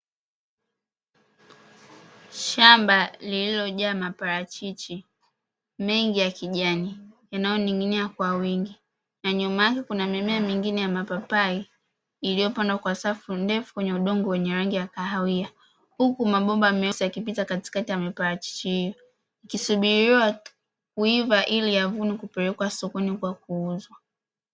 Shamba lililojaa maparachichi mengi ya kijani, yanayoning'nia kwa wingi, na nyuma yake kuna mimea mingine ya mapapai, iliyopandwa kwa safu ndefu kwenye udongo wa rangi ya kahawia, huku mabomba meusi yakipita katikati ya miparachichi hayo, yakisubilia kuiva ili yavunwe kupelekwa sokoni kwa kuuzwa.